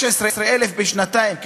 16,000 בשנתיים,